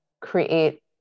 create